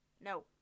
no